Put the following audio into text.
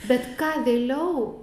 bet ką vėliau